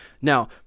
Now